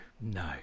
no